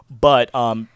But-